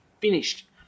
finished